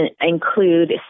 include